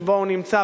שבו הוא נמצא,